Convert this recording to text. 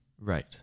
Right